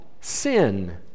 sin